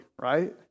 right